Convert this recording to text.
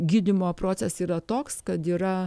gydymo proces yra toks kad yra